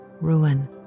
ruin